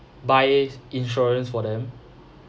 buy ins~ insurance for them